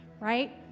right